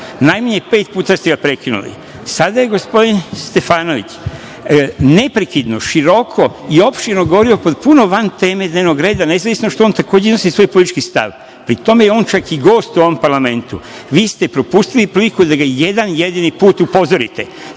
Najmanje pet puta ste ga prekinuli. Sada je gospodin Stefanović neprekidno široko i opširno govorio potpuno van teme dnevnog reda, nezavisno što on, takođe, iznosi svoj politički stav, pri tome je on čak i gost u ovom parlamentu. Vi ste propustili priliku da ga jedan jedini put upozorite.